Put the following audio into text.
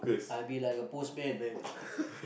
I be like a postman man